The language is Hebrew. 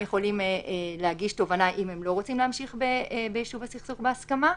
יכולים להגיש תובענה אם הם לא רוצים להמשיך ביישוב הסכסוך בהסכמה.